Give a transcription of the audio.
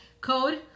code